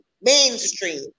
Mainstream